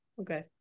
okay